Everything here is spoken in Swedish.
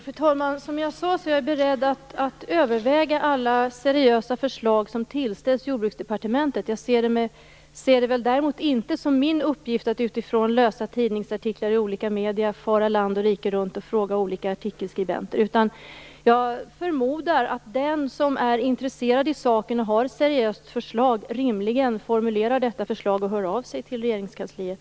Fru talman! Som jag sade är jag beredd att överväga alla seriösa förslag som tillställs Jordbruksdepartementet. Jag ser det däremot inte som min uppgift att utifrån tidningsartiklar i olika media fara land och rike runt och fråga artikelskribenterna. Jag förmodar att den som är intresserad och har ett seriöst förslag rimligen formulerar detta förslag och hör av sig till regeringskansliet.